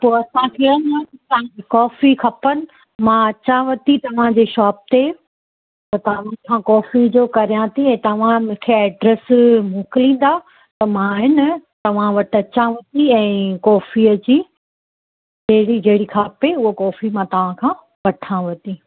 त पोइ असांखे आहे न तव्हांजी कॉफ़ी खपनि मां अचांव थी तव्हांजे शॉप ते त तहांखां कॉफ़ी जो करियां थी ऐं तव्हां मूंखे एड्रेस मोकिलींदा त मां ऐं न तव्हां वटि अचांव थी ऐं कॉफ़ी अची जहिड़ी जहिड़ी खपे उहा कॉफ़ी मां तव्हां खां वठांव थी